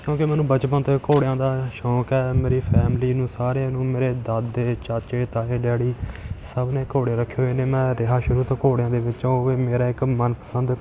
ਕਿਉਂਕਿ ਮੈਨੂੰ ਬਚਪਨ ਤੋਂ ਹੀ ਘੋੜਿਆਂ ਦਾ ਸ਼ੌਂਕ ਹੈ ਮੇਰੀ ਫੈਮਲੀ ਨੂੰ ਸਾਰਿਆਂ ਨੂੰ ਮੇਰੇ ਦਾਦੇ ਚਾਚੇ ਤਾਏ ਡੈਡੀ ਸਭ ਨੇ ਘੋੜੇ ਰੱਖੇ ਹੋਏ ਨੇ ਮੈਂ ਰਿਹਾ ਸ਼ੁਰੂ ਤੋਂ ਘੋੜਿਆਂ ਦੇ ਵਿੱਚ ਹਾਂ ਉਹ ਵੀ ਮੇਰਾ ਇੱਕ ਮਨਪਸੰਦ